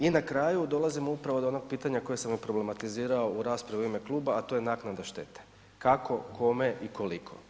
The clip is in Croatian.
I na kraju dolazimo upravo do onoga pitanja koje sam i problematizirao u raspravi u ime kluba a to je naknada štete, kako, kome i koliko.